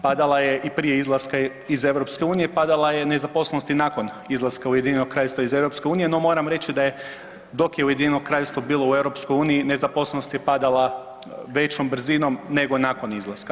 Padala je i prije izlaska iz EU, padala je nezaposlenost i nakon izlaska Ujedinjenog Kraljevstva iz EU, no moram reći da je dok je Ujedinjeno Kraljevstvo bilo u EU nezaposlenost je padala većom brzinom nego nakon izlaska.